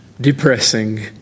depressing